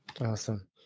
Awesome